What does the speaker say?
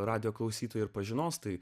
radijo klausytojai ir pažinos tai